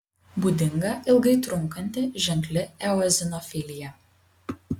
būdinga ilgai trunkanti ženkli eozinofilija